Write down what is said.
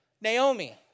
Naomi